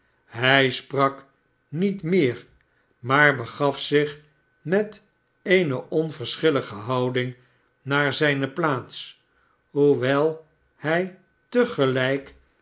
hij sprak niet meer maar begaf zich met eene onverschillige houding naar zijne plaats hoewel hij te gelijk